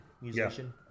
musician